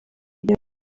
yari